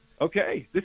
okay